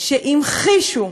שהמחישו